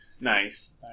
Nice